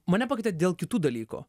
mane pakvietė dėl kitų dalykų